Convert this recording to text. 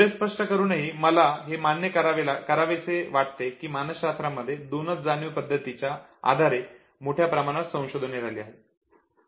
एवढे स्पष्ट करूनही मला हे मान्य करावेसे वाटते की मानसशास्त्रामध्ये दोनच जाणीव पद्धतींच्या आधारे मोठ्या प्रमाणात संशोधने झाली आहे